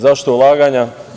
Zašto ulaganja?